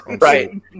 Right